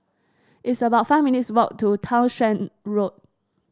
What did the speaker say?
it's about five minutes' walk to Townshend Road